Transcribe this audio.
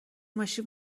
ماشین